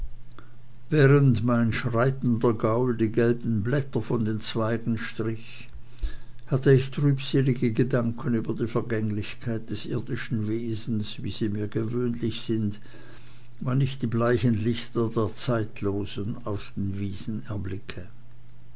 während mein schreitender gaul die gelben blätter von den zweigen strich hatte ich trübselige gedanken über die vergänglichkeit des irdischen wesens wie sie mir gewöhnlich sind wann ich die bleichen lichter der zeitlosen auf den wiesen erblicke